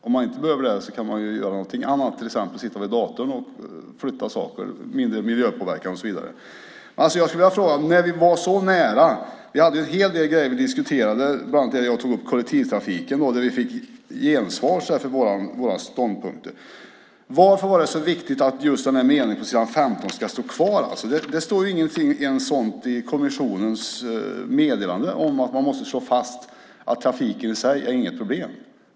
Om man inte behöver det kan man göra något annat, till exempel sitta vid datorn och flytta saker med mindre miljöpåverkan och så vidare. Vi var så nära. Vi hade en hel del grejer som vi diskuterade, bland annat det som jag tog upp, kollektivtrafiken, där vi fick gensvar för våra ståndpunkter. Varför var det så viktigt att just meningen på s. 15 ska stå kvar? Det står inget i kommissionens meddelande om att man måste slå fast att trafiken i sig inte är något problem.